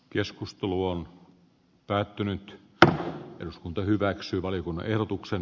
keskustelu on päättynyt tätä eduskunta hyväksyy valiokunnan ehdotuksen